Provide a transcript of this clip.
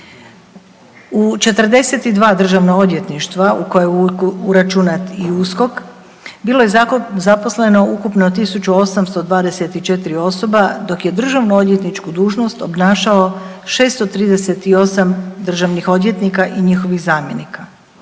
U 42 državna odvjetništva u koje je uračunat i USKOK bilo je zaposleno ukupno 1824 osoba dok je državno odvjetničku dužnost obnašalo 638 državnih odvjetnika i njihovih zamjenika.